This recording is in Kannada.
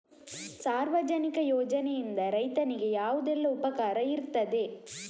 ಸಾರ್ವಜನಿಕ ಯೋಜನೆಯಿಂದ ರೈತನಿಗೆ ಯಾವುದೆಲ್ಲ ಉಪಕಾರ ಇರ್ತದೆ?